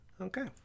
Okay